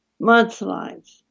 mudslides